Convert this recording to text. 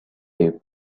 you